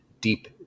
deep